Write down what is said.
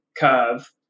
Curve